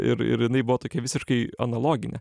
ir ir jinai buvo tokia visiškai analoginė